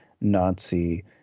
nazi